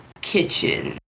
kitchen